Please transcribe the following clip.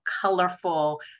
colorful